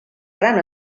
gran